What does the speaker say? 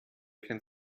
kennt